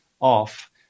off